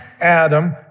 Adam